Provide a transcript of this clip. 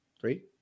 three